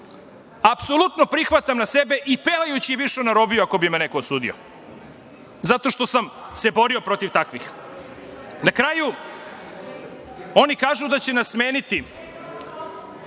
apsolutno prihvatam na sebe i pevajući bih išao na robiju ako bi me neko osudio zato što sam se borio protiv takvih. Na kraju, oni kažu da će nas smeniti.